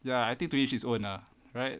ya I think to each his own lah right